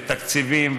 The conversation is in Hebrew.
ותקציבים,